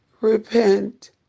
Repent